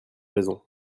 raison